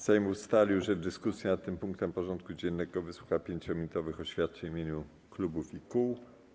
Sejm ustalił, że w dyskusji nad tym punktem porządku dziennego wysłucha 5-minutowych oświadczeń w imieniu klubów i kół.